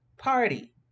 party